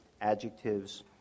adjectives